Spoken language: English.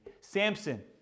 Samson